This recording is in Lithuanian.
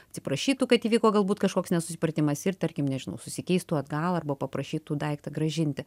atsiprašytų kad įvyko galbūt kažkoks nesusipratimas ir tarkim nežinau susikeistų atgal arba paprašytų daiktą grąžinti